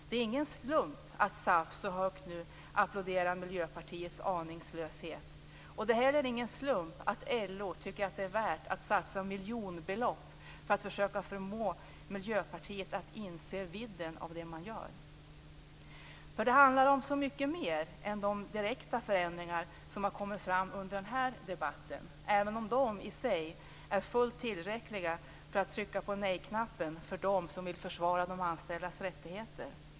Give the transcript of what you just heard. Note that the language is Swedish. Det är ingen slump att SAF så högt nu applåderar Miljöpartiets aningslöshet. Det är heller ingen slump att LO tycker att det är värt att satsa miljonbelopp för att försöka förmå Miljöpartiet att inse vidden av det man gör. Det handlar nämligen om så mycket mer än de direkta förändringar som har kommit fram under den här debatten, även om de i sig är fullt tillräckliga för att trycka på nej-knappen för dem som vill försvara de anställdas rättigheter.